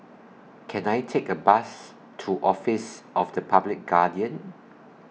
Can I Take A Bus to Office of The Public Guardian